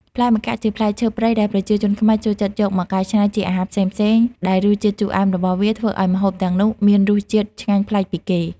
ផ្លែម្កាក់ ជាផ្លែឈើព្រៃដែលប្រជាជនខ្មែរចូលចិត្តយកមកកែច្នៃជាអាហារផ្សេងៗ ដែលរសជាតិជូរអែមរបស់វាធ្វើឱ្យម្ហូបទាំងនោះមានរសជាតិឆ្ងាញ់ប្លែកពីគេ។